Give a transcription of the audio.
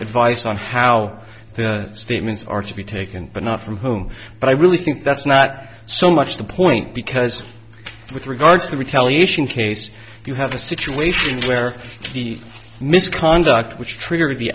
advice on how the statements are to be taken but not from whom but i really think that's not so much the point because with regard to the retaliation case you have a situation where the misconduct which triggered the